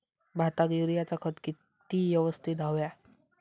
भाताक युरियाचा खत किती यवस्तित हव्या?